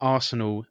Arsenal